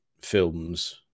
films